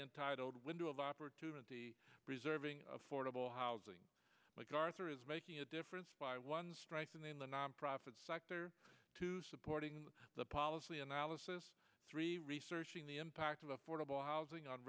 initiative titled window of opportunity preserving affordable housing like arthur is making a difference by one strike and then the nonprofit sector to supporting the policy analysis three researching the impact of affordable housing on